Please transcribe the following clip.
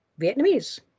Vietnamese